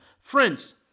Friends